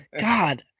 God